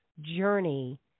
journey